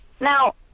Now